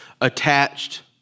attached